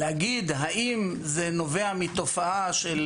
להגיד שזה נובע מתופעה של